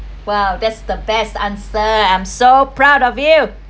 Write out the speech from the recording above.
!wow! that's the best answer I'm so proud of you